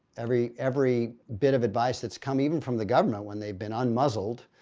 every every bit of advice that's coming from the government, when they've been unmuzzled,